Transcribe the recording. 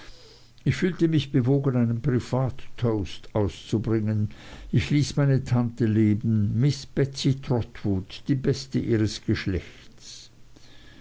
mich bewogen einen privattoast auszubringen ich ließ meine tante leben miß betsey trotwood die beste ihres geschlechts